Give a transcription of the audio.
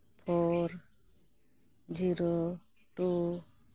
four zero two